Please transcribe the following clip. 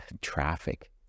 traffic